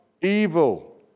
evil